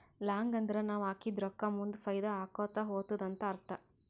long ಅಂದುರ್ ನಾವ್ ಹಾಕಿದ ರೊಕ್ಕಾ ಮುಂದ್ ಫೈದಾ ಆಕೋತಾ ಹೊತ್ತುದ ಅಂತ್ ಅರ್ಥ